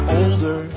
older